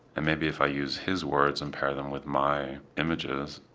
and maybe if i use his words and pair them with my images